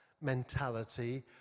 mentality